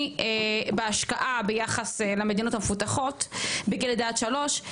בהשקעה ביחס למדינות המפותחות בגיל לידה עד שלוש,